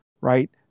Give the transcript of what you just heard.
right